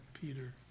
Peter